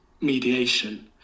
mediation